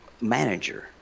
manager